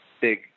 big